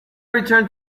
returned